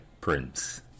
Prince